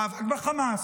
מאבק בחמאס,